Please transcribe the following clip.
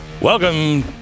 Welcome